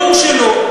ברור שלא.